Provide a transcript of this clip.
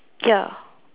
ya